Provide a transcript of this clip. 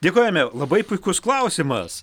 dėkojame labai puikus klausimas